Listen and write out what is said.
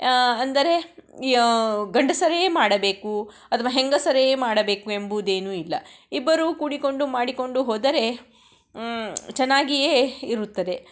ಅಂದರೆ ಯಾ ಗಂಡಸರೇ ಮಾಡಬೇಕು ಅಥ್ವ ಹೆಂಗಸರೇ ಮಾಡಬೇಕು ಎಂಬುವುದೇನು ಇಲ್ಲ ಇಬ್ಬರೂ ಕೂಡಿಕೊಂಡು ಮಾಡಿಕೊಂಡು ಹೋದರೆ ಚೆನ್ನಾಗಿಯೇ ಇರುತ್ತದೆ